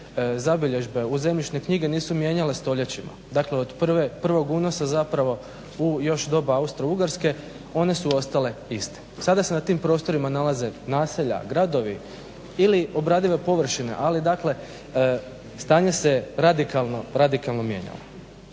zabilježbe u zemljišne knjige nisu mijenjale stoljećima. Dakle, od prvog unosa zapravo u još doba Austro-ugarske one su ostale iste. Sada se na tim prostorima nalaze naselja, gradovi ili obradive površine. Ali dakle stanje se radikalno mijenjalo.